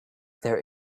there